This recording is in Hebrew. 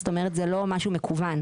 זאת אומרת, שזה לא משהו מקוון.